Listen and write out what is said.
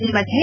ಈ ಮಧ್ಯೆ